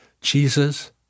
Jesus